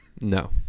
No